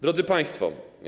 Drodzy Państwo!